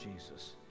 Jesus